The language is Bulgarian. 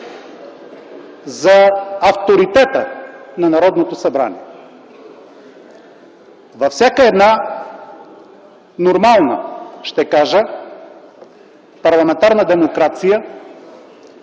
за авторитета на Народното събрание. Във всяка една нормална – ще кажа – парламентарна демокрация